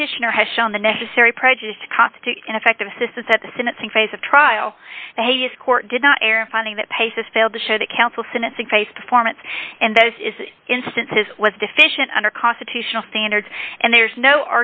petitioner has shown the necessary prejudice to constitute ineffective assistance at the sentencing phase of trial court did not err finding that patients failed to show that counsel sentencing phase performance and those instances was deficient under constitutional standards and there's no